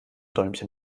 däumchen